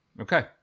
okay